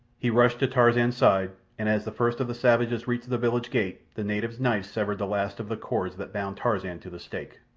he rushed to tarzan's side, and as the first of the savages reached the village gate the native's knife severed the last of the cords that bound tarzan to the stake.